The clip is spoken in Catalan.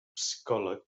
psicòleg